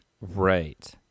Right